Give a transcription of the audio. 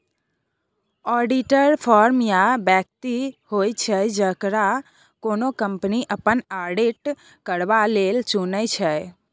auditor firm या बेकती होइ छै जकरा कोनो कंपनी अपन आडिट करबा लेल चुनै छै